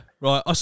right